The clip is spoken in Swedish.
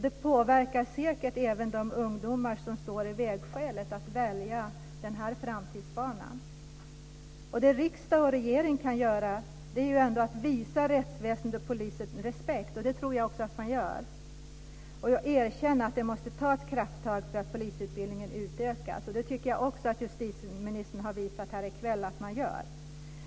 Det påverkar säkert även de ungdomar som står i vägskälet och funderar på att välja den här framtidsbanan. Det riksdag och regering kan göra är att visa rättsväsende och polis respekt. Det tror jag också att man gör. Man måste erkänna att det måste tas krafttag för att polisutbildningen ska utökas. Det tycker jag också att justitieministern har visat här i kväll att man gör.